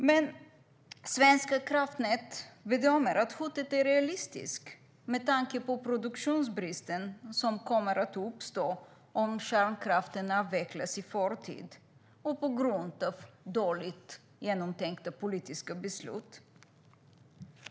Men Svenska kraftnät bedömer att hotet är realistiskt med tanke på den produktionsbrist som kommer att uppstå om kärnkraften avvecklas i förtid och på grund av illa genomtänkta politiska beslut.